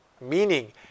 meaning